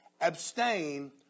Abstain